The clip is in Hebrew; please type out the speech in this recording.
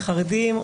לחרדים,